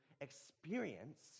experience